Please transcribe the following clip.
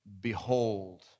Behold